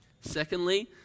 Secondly